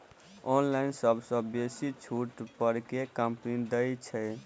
Online सबसँ बेसी छुट पर केँ कंपनी दइ छै?